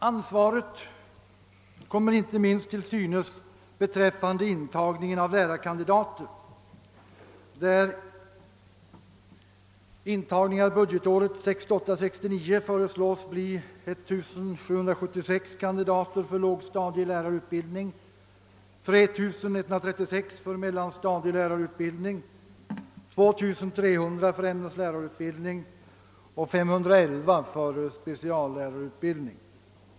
Ansvaret kommer inte minst till synes beträffande intagningen av lärarkandidater, där intagningen under budgetåret 1968/69 föreslås omfatta 1776 kandidater för = lågstadielärarutbildningen, 3136 för mellanstadielärarutbildningen, 2 300 för ämneslärarutbildningen och 511 för speciallärarutbildningen.